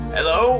Hello